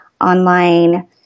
online